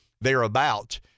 thereabout